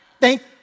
thank